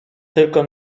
tylko